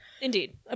Indeed